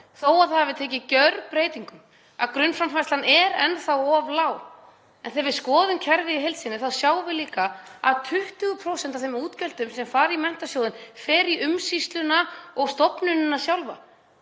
þó að það hafi tekið gjörbreytingum, að grunnframfærslan er enn þá of lág. En þegar við skoðum kerfið í heild sinni þá sjáum við líka að 20% af þeim útgjöldum sem fara í Menntasjóðinn fara í umsýsluna og stofnunina sjálfa.